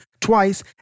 twice